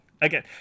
Again